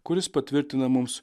kuris patvirtina mums